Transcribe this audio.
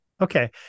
Okay